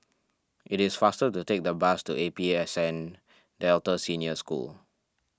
it is faster to take the bus to A P S N Delta Senior School